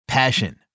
Passion